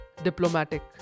diplomatic